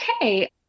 okay